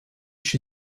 she